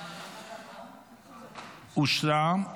אושרה,